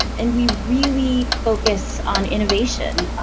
and we really focus on innovation.